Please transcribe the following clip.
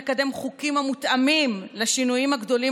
לקדם חוקים המותאמים לשינויים הגדולים